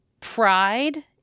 pride